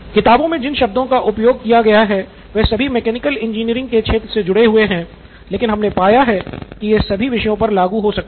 किताबों मे जिन शब्दों का उपयोग किया गया है वे सभी मैकेनिकल इंजीनियरिंग के क्षेत्र से जुड़े हुए हैं लेकिन हमने पाया है कि यह सभी विषयों पर लागू हो सकते है